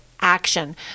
action